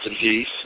peace